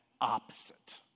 opposite